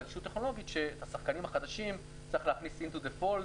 האדישות הטכנולוגית שאת השחקנים החדשים צריך להכניס Into the pool.